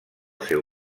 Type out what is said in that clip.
seu